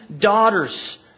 daughters